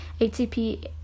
ATP